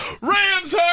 Rams